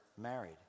married